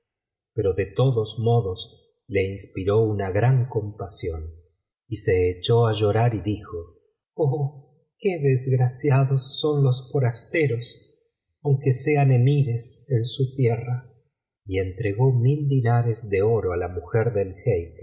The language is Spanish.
pero de todos modos le inspiró una gran compasión y se echó á llorar y dijo oh qué desgraciados son los forasteros aunque sean emires en su tierra y entregó mil dinares de oro á la mujer del